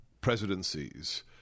presidencies